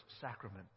sacrament